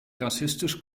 rassistisch